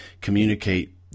communicate